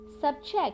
subject